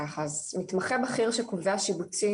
ככה: (קוראת תוכן של עדויות) "מתמחה בכיר שקובע שיבוצים,